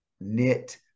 knit